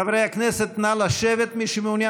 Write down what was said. חברי הכנסת, נא לשבת, מי שמעוניין.